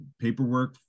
paperwork